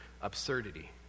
absurdity